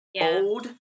old